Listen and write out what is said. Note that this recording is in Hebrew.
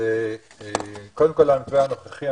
קודם כל המתווה הנוכחי,